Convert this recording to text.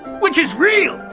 which is real!